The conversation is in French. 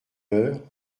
heures